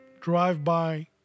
drive-by